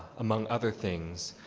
among other things,